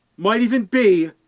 might even be,